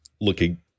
looking